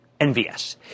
NVS